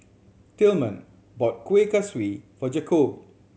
Tilman bought Kuih Kaswi for Jakobe